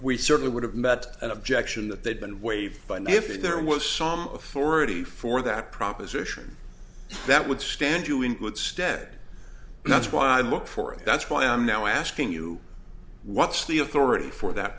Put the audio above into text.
we certainly would have met an objection that they'd been waived by now if there was some florida before that proposition that would stand you in good stead that's why i look for it that's why i'm now asking you what's the authority for that